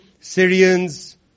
Syrians